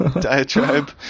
diatribe